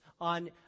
on